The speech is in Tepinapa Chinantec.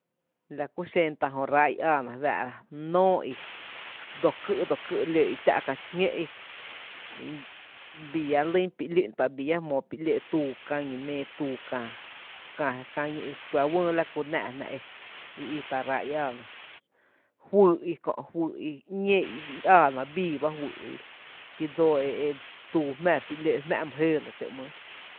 La kú xen tá’ jö ráá’ i áána re fáá’ra: nóó i, dso ký’ dso ký’ ‘lóó’ y tⱥ’ kä xíñó’ i, bii llá lýn pí ‘lü’n tá’ b+ií lla jmóo ‘lóó’, tuu kää ñí’ méé, tuu kä kä ñí kuⱥⱥ’ wÝý la kú ‘náá’ jná é, i i tá’ ráá’ i áá ná, fyy’ i, fyy’ i ‘ñéé i áá ná bii bá fyy’ i kí dso e e bii jmⱥⱥ pí ‘lóó’jmá’ my jöö lɇ tǿǿ ‘mýyý.